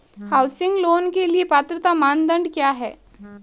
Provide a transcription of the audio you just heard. Housing loan के लिए पात्रता मानदंड क्या हैं?